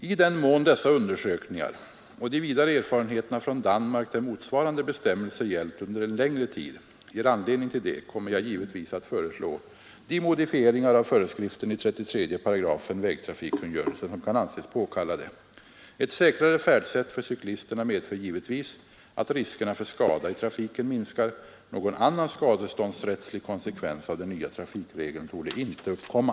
I den mån dessa undersökningar och de vidare erfarenheterna från Danmark, där motsvarande bestämmelse gällt under en längre tid, ger anledning till det, kommer jag givetvis att föreslå de modifieringar av föreskriften i 33 § vägtrafikkungörelsen som kan anses påkallade. Ett säkrare färdsätt för cyklisterna medför givetvis att riskerna för skada i trafiken minskar. Någon annan skadeståndsrättslig konsekvens av den nya trafikregeln torde inte uppkomma.